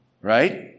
right